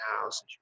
house